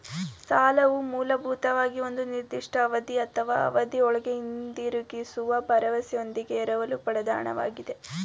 ಸಾಲವು ಮೂಲಭೂತವಾಗಿ ಒಂದು ನಿರ್ದಿಷ್ಟ ಅವಧಿ ಅಥವಾ ಅವಧಿಒಳ್ಗೆ ಹಿಂದಿರುಗಿಸುವ ಭರವಸೆಯೊಂದಿಗೆ ಎರವಲು ಪಡೆದ ಹಣ ವಾಗಿದೆ